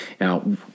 Now